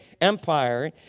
empire